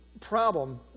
problem